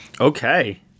Okay